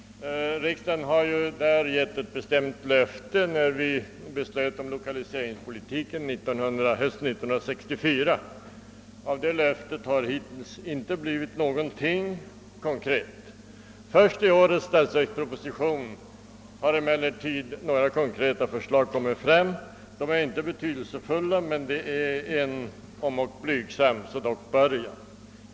Riksdagen har ju, då vi fattade beslut om 1o kaliseringspolitiken hösten 1964, givit ett bestämt löfte. Av det löftet har inte blivit någonting konkret. Först i årets statsverksproposition har några konkreta förslag lagts fram. De är inte betydelsefulla, men det är en början, låt vara att den är blygsam.